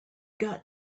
got